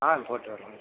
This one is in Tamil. ஆ போட்டு